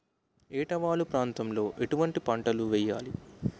ఏటా వాలు ప్రాంతం లో ఎటువంటి పంటలు వేయాలి?